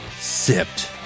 sipped